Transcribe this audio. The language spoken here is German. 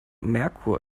merkur